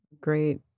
great